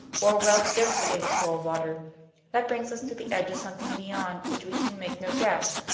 or a well that yesterday was full of water that brings us to the edge of something beyond which we can make no guess.